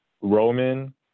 Roman